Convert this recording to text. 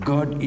God